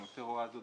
המפר הוראה זו,